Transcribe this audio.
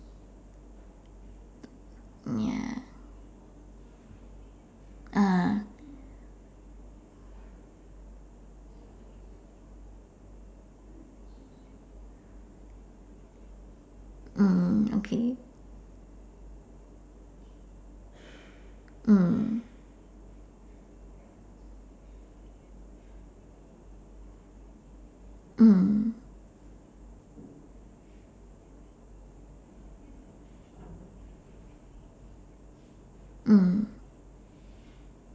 mm ya ah mm okay mm mm mm